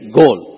goal